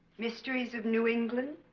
mysteries of new england